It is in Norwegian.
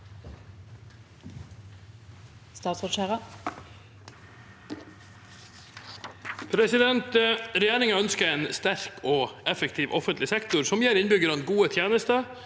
Regjeringen ønsker en sterk og effektiv offentlig sektor som gir innbyggerne gode tjenester,